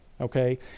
okay